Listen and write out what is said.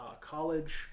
college